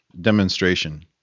Demonstration